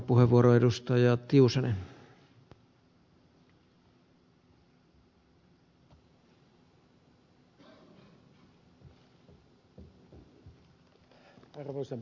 arvoisa herra puhemies